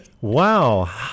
Wow